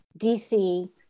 DC